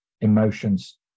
emotions